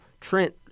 Trent